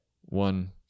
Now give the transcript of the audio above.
one